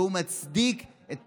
והוא מצדיק את